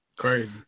Crazy